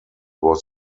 was